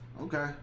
Okay